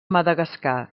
madagascar